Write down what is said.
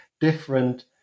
different